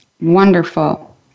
Wonderful